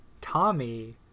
tommy